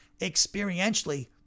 experientially